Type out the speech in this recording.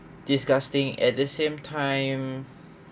disgusting at the same time